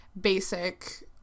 basic